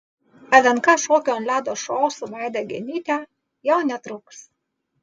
lnk šokių ant ledo šou su vaida genyte jau netrukus